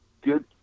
good